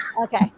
Okay